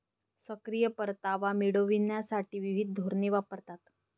सक्रिय परतावा मिळविण्यासाठी विविध धोरणे वापरतात